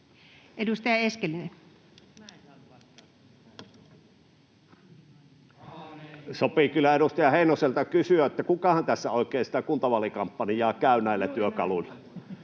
Edustaja Eskelinen. Sopii kyllä edustaja Heinoselta kysyä, kukahan tässä oikein sitä kuntavaalikampanjaa käy näillä työkaluilla.